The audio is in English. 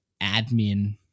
admin